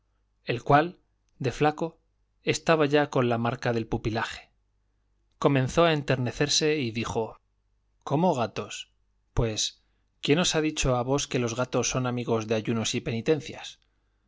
el cual de flaco estaba ya con la marca del pupilaje comenzó a enternecerse y dijo cómo gatos pues quién os ha dicho a vos que los gatos son amigos de ayunos y penitencias